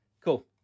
cool